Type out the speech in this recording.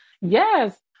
Yes